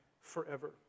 forever